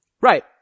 Right